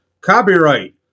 copyright